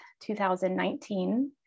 2019